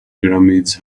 pyramids